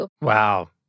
Wow